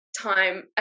Time